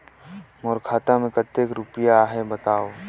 मोर खाता मे कतेक रुपिया आहे बताव?